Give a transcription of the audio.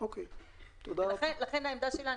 לכן העמדה שלנו